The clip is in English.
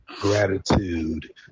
gratitude